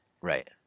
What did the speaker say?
Right